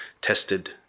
tested